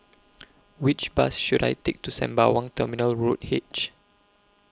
Which Bus should I Take to Sembawang Terminal Road H